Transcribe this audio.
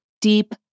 deep